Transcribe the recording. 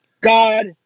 God